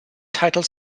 title